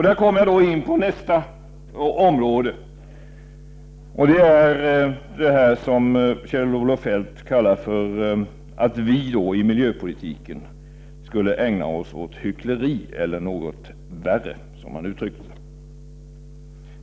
Där kommer jag in på nästa område. Kjell-Olof Feldt säger att vi i miljöpolitiken ägnar oss åt hyckleri eller något värre, som han uttryckte det.